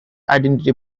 identity